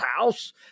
house